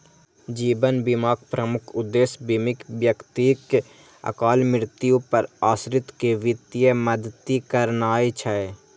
जीवन बीमाक प्रमुख उद्देश्य बीमित व्यक्तिक अकाल मृत्यु पर आश्रित कें वित्तीय मदति करनाय छै